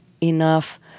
enough